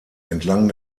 entlang